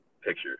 picture